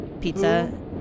pizza